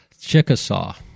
Chickasaw